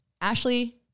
Ashley